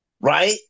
Right